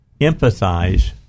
empathize